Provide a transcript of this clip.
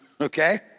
Okay